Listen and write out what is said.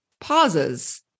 pauses